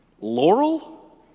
Laurel